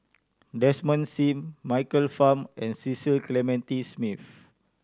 Desmond Sim Michael Fam and Cecil Clementi Smith